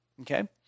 Okay